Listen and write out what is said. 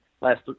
last